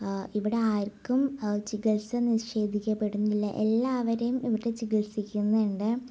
ഇവിടെ ആർക്കും ചികിത്സ നിഷേധിക്കപ്പെടുന്നില്ല എല്ലാവരെയും ഇവിടെ ചികിൽസിക്കുന്നുണ്ട്